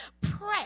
pray